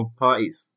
parties